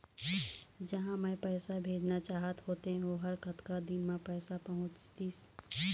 जहां मैं पैसा भेजना चाहत होथे ओहर कतका दिन मा पैसा पहुंचिस?